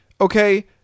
okay